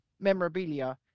memorabilia